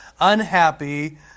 unhappy